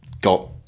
got